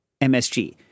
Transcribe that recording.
MSG